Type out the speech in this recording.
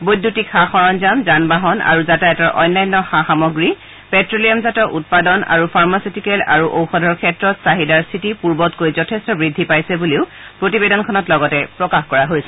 বৈদ্যুতিক সা সৰঞ্জাম যান বাহন আৰু যাতায়াতৰ অন্যান্য সামগ্ৰী পেট্লিয়ামজাত উৎপাদন আৰু ফাৰ্মাচিটীকেল আৰু ঔষধৰ ক্ষেত্ৰত চাহিদাৰ স্থিতি পূৰ্বতকৈ যথেষ্ঠ বৃদ্ধি পাইছে বুলিও প্ৰতিবেদনখনত লগতে প্ৰকাশ কৰা হৈছে